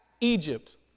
Egypt